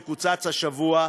שקוצץ השבוע?